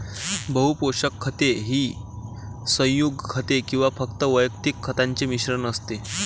बहु पोषक खते ही संयुग खते किंवा फक्त वैयक्तिक खतांचे मिश्रण असते